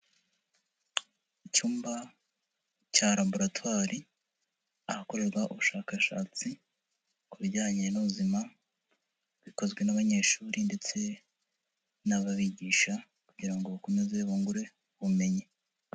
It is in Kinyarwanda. Icyumba cya Laboratwari ahakorerwa ubushakashatsi ku bijyanye n'ubuzima bikozwe n'abanyeshuri ndetse n'ababigisha kugira ngo bakomeze bungure ubumenyi.